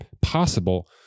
possible